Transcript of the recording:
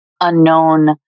unknown